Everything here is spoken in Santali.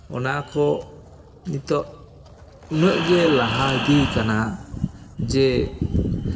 ᱚᱱᱟ ᱠᱚ ᱱᱤᱛᱚᱜ ᱩᱱᱟᱹᱜ ᱜᱮ ᱞᱟᱦᱟ ᱤᱫᱤ ᱠᱟᱱᱟ ᱡᱮ